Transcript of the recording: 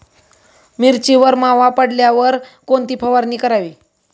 मिरचीवर मावा पडल्यावर कोणती फवारणी करावी?